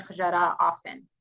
often